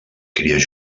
cries